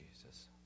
Jesus